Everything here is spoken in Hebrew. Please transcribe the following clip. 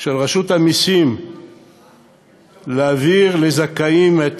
של רשות המסים להעביר לזכאים את